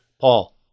Paul